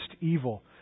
evil